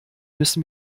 müssen